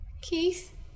Keith